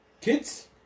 Kids